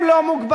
הם לא מוגבלים,